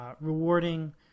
rewarding